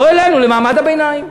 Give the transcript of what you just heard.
לא העלינו למעמד הביניים.